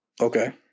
Okay